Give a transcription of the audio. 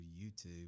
YouTube